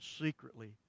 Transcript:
secretly